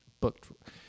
booked